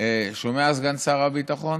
אתה שומע, סגן שר הביטחון,